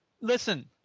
listen